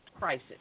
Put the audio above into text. crisis